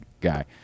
guy